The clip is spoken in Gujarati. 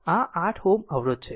આમ અને આ 8 Ω અવરોધ છે